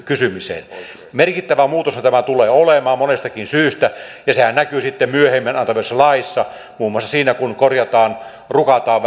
kysymiseen merkittävä muutoshan tämä tulee olemaan monestakin syystä ja sehän näkyy sitten myöhemmin annettavassa laissa muun muassa siinä kun korjataan rukataan